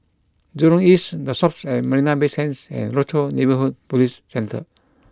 Jurong East The Shoppes at Marina Bay Sands and Rochor Neighborhood Police Centre